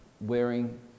wearing